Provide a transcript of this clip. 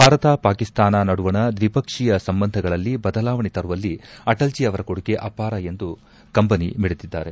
ಭಾರತ ಪಾಕಿಸ್ತಾನ ನಡುವಣ ದ್ವಿಪಕ್ಷೀಯ ಸಂಬಂಧಗಳಲ್ಲಿ ಬದಲಾವಣೆ ತರುವಲ್ಲಿ ಅಟಲ್ಜೀ ಅವರ ಕೊಡುಗೆ ಅಪಾರ ಎಂದು ಕಂಬನಿ ಮಿಡಿದಿದ್ದಾರೆ